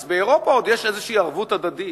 אז באירופה יש עוד איזו ערבות הדדית.